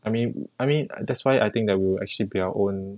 I mean I mean that's why I think that we will actually be our own